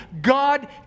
God